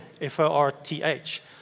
F-O-R-T-H